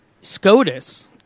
SCOTUS